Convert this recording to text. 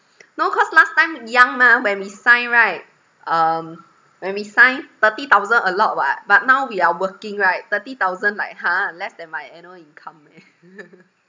no cause last time young mah when we sign right um when we signed thirty thousand a lot [what] but now we are working right thirty thousand like !huh! less than my annual income eh